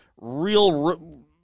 real